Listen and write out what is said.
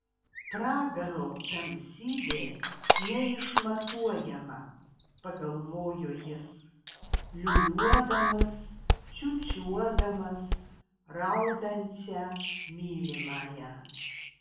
pragaro tamsybė neišmatuojama pagalvojo jis liūliuodamas čiūčiuodamas raudančią mylimąją